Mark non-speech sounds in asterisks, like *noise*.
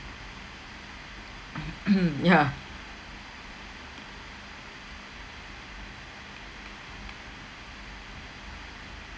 *coughs* yeah